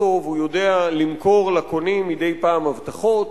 טוב הוא יודע למכור לקונים מדי פעם הבטחות.